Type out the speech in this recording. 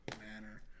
manner